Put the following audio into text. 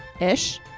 ish